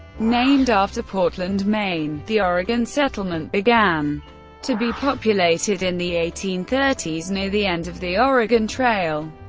named after portland, maine, the oregon settlement began to be populated in the eighteen thirty s near the end of the oregon trail.